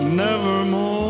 nevermore